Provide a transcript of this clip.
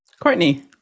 Courtney